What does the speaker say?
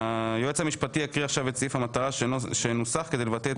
היועץ המשפטי יקריא את סעיף המטרה שנוסח כדי לבטא את